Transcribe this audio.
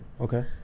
Okay